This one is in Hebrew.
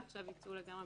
אנחנו כן רוצים לשמור אותם